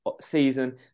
season